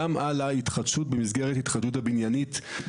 על ההתחדשות במסגרת ההתחדשות הבניינית.